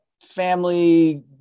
family